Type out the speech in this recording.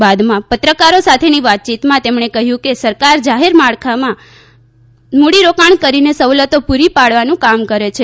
બાદમાં પત્રકારો સાથેની વાતચીતમાં તેમણે કહ્યું કે સરકાર જાહેર માળખાક્ષેત્રમાં મૂડીરોકાણ કરીને સવલતો પુરી પાડવાનું કામ કરે છે